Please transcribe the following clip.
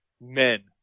men